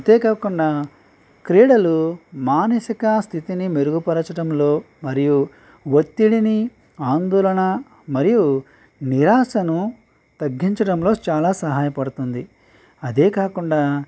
అంతేకాకుండా క్రీడలు మానసిక స్థితిని మెరుగుపరచడంలో మరియు ఒత్తిడిని ఆందోళన మరియు నిరాశను తగ్గించడంలో చాలా సహాయపడుతుంది అదే కాకుండా